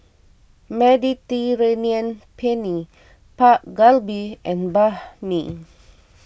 Mediterranean Penne Dak Galbi and Banh Mi